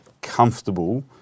comfortable